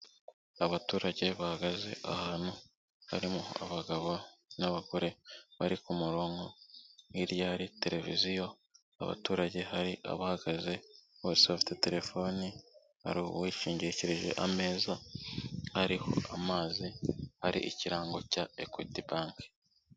Abaturage bahagaze ahantu harimo abagabo n'abagore bari ku murongo, hirya hari televiziyo, abaturage hari abahagaze bose bafite telefoni, hari uwishingikirije ameza ariho amazi, hari ikirango cya Equity bank.